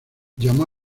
llamó